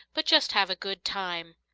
but just have a good time.